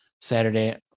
Saturday